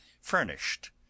furnished